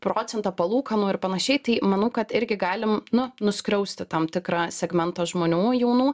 procentą palūkanų ir panašiai tai manau kad irgi galim nu nuskriausti tam tikrą segmentą žmonių jaunų